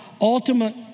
ultimate